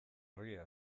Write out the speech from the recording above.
argia